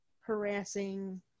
harassing